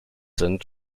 sind